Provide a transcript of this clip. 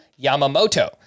Yamamoto